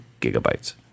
gigabytes